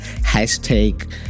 hashtag